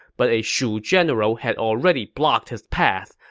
but a shu general had already blocked his path.